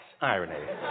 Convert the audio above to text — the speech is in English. irony